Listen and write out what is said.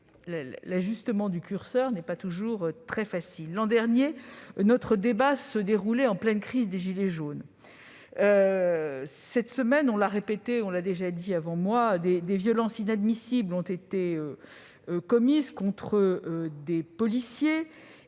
l'ajustement du curseur n'est pas toujours facile. L'an dernier, notre débat se déroulait en pleine crise des gilets jaunes. La semaine dernière, des violences inadmissibles ont été commises contre des policiers,